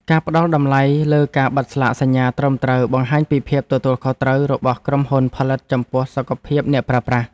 ការផ្តល់តម្លៃលើការបិទស្លាកសញ្ញាត្រឹមត្រូវបង្ហាញពីភាពទទួលខុសត្រូវរបស់ក្រុមហ៊ុនផលិតចំពោះសុខភាពអ្នកប្រើប្រាស់។